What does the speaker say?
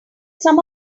some